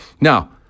Now